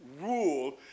rule